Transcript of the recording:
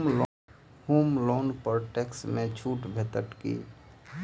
होम loan पर tax मे छुट भेटत की